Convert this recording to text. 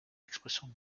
expressions